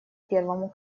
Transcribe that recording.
первому